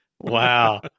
Wow